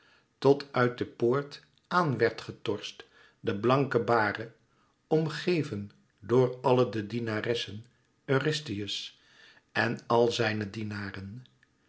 tot uit de poort aan werd getorst de blanke bare omgeven door alle de dienaressen eurystheus en alle zijne dienaren